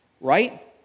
right